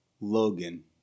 Logan